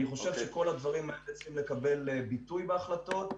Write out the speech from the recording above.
אני חושב שכל הדברים האלה צריכים לקבל ביטוי בהחלטות,